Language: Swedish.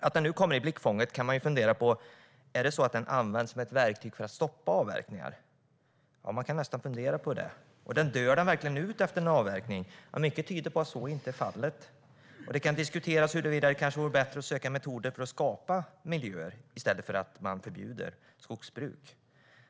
När den nu kommer i blickfånget kan man fundera på om den används som ett verktyg för att stoppa avverkningar. Ja, man kan nästan fundera på det. Dör den verkligen ut efter en avverkning? Mycket tyder på att så inte är fallet. Det kan diskuteras huruvida det kanske vore bättre att söka metoder för att skapa miljöer i stället för att förbjuda skogsbruk.